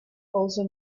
also